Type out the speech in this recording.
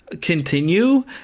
continue